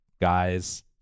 Guys